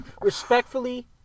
Respectfully